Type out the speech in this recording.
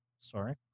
sorry